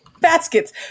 Baskets